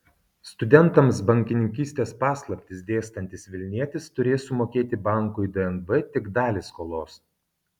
studentams bankininkystės paslaptis dėstantis vilnietis turės sumokėti bankui dnb tik dalį skolos